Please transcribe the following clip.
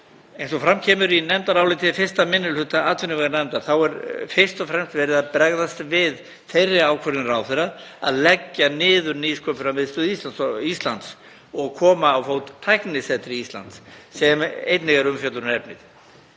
Eins og fram kemur í nefndaráliti 1. minni hluta atvinnuveganefndar er fyrst og fremst verið að bregðast við þeirri ákvörðun ráðherra að leggja niður Nýsköpunarmiðstöð Íslands og koma á fót Tæknisetri Íslands sem einnig er umfjöllunarefnið.